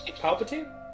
Palpatine